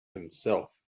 himself